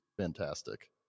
fantastic